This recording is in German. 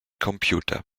computer